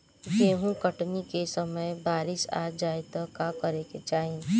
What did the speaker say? गेहुँ कटनी के समय बारीस आ जाए तो का करे के चाही?